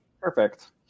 Perfect